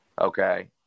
okay